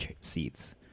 seats